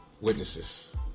Witnesses